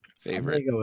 favorite